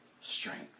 strength